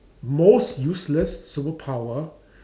most useless superpower